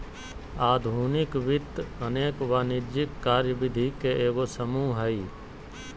आधुनिक वित्त अनेक वाणिज्यिक कार्यविधि के एगो समूह हइ